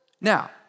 Now